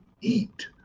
eat